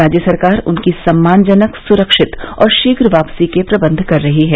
राज्य सरकार उनकी सम्मानजनक सुरक्षित और शीघ्र वापसी के प्रबन्ध कर रही है